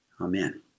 Amen